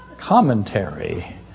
commentary